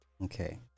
okay